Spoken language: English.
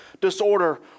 disorder